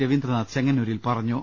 രവീന്ദ്രനാഥ് ചെങ്ങന്നൂരിൽ പറഞ്ഞു